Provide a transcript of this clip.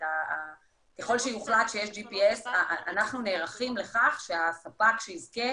ככל שיוחלט שיש GPS אנחנו נערכים לכך שהספק שיזכה